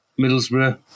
Middlesbrough